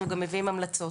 אנחנו גם מביאים המלצות,